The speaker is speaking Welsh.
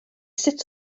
sut